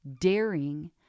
daring